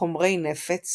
חומרי נפץ